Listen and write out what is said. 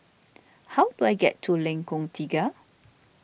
how do I get to Lengkong Tiga